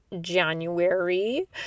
january